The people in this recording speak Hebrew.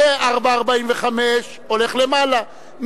מ-4.45 הולך למעלה,